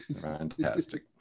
Fantastic